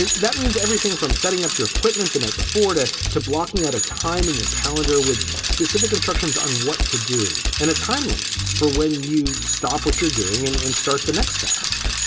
that means everything from setting up your equipment the night before to two blocking at a time in your calendar with specific instructions on what to do and a time limit for when you stop what you're doing and and start the next task